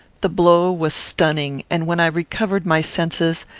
the blow was stunning, and, when i recovered my senses,